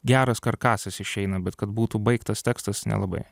geras karkasas išeina bet kad būtų baigtas tekstas nelabai